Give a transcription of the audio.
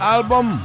Album